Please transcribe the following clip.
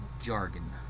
jargon